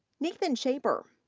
nathan schaeper.